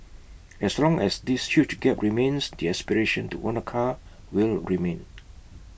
as long as this huge gap remains the aspiration to own A car will remain